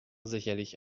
sicherlich